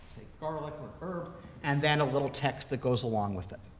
garlic or herb and then a little text that goes along with it.